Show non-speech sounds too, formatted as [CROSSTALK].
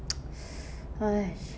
[NOISE] !hais!